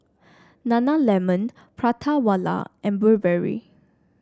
Nana Lemon Prata Wala and Burberry